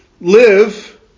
live